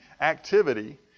activity